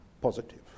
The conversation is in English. positive